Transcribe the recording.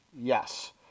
yes